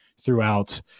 throughout